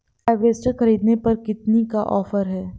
Harvester ख़रीदने पर कितनी का ऑफर है?